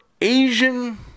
Asian